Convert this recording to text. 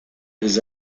les